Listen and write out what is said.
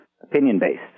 opinion-based